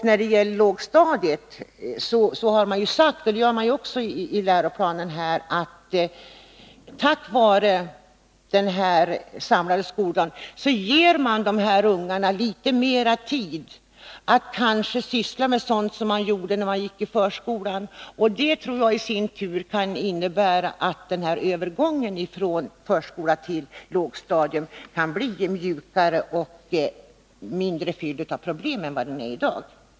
När det gäller lågstadiet har det sagts, och det framgår också av läroplanen, att den samlade skoldagen ger barnen litet mera tid att syssla med sådant som de gjorde i förskolan. Det tror jag i sin tur kan innebära att övergången från förskola till lågstadium blir mjukare och mindre fylld av problem än vad den är i dag.